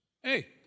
Hey